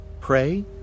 pray